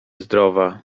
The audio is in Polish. zdrowa